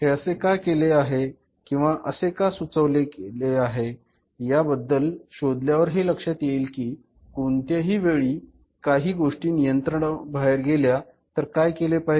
हे असे का गेले आहे किंवा असे का सुचवले गेले आहे या बद्दल शोधल्यावर हे लक्ष्यात येईल कि कोणत्याही हि वेळी काही गोष्टी नियंत्रणाबाहेर गेल्या तर काय केले पाहिजे